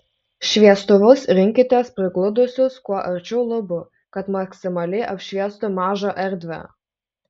šviestuvus rinkitės prigludusius kuo arčiau lubų kad maksimaliai apšviestų mažą erdvę